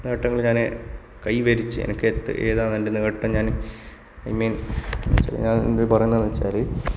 നേട്ടങ്ങള് ഞാന് കൈവരിച്ച് എനിക്ക് ഏതാ വേണ്ടുന്നതെന്ന് ഞാന് ഐ മീൻസ് ഞാൻ എന്താണ് പറയുന്നതെന്ന് വച്ചാല്